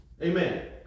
Amen